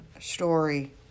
story